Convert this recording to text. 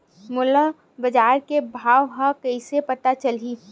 मोला बजार के भाव ह कइसे पता चलही?